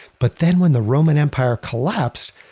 but then when the roman empire collapsed,